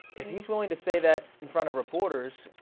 if he's willing to say that in front of reporters,